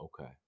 Okay